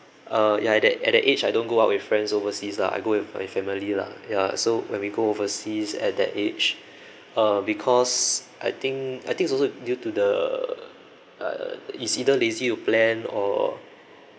uh yeah that at the age I don't go out with friends overseas lah I go with my family lah ya so when we go overseas at that age uh because I think I think is also due to the uh is either lazy to plan or